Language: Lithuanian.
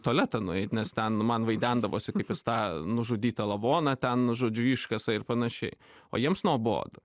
tualetą nueit nes ten man vaidendavosi kaip jis tą nužudytą lavoną ten žodžiu iškasa ir panašiai o jiems nuobodu